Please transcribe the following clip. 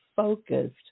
focused